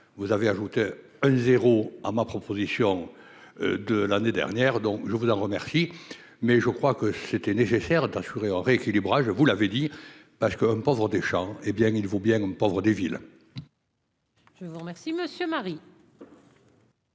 vous avez ajouté un 0 à ma proposition de l'année dernière, dont je vous en remercie, mais je crois que c'était nécessaire d'un au rééquilibrage, vous l'avez dit, parce que un pauvre des Deschamps, hé bien il vont bien ne pas avoir des villes. Je vous remercie, monsieur Marie.